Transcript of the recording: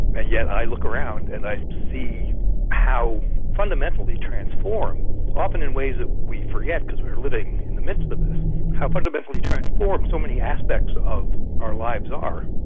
and yet i look around and i see how fundamentally transformed often in ways that we forget, because we're living in the midst of of this how fundamentally transformed so many aspects of our lives are.